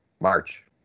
March